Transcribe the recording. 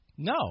No